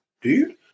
dude